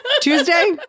Tuesday